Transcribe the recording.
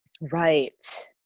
Right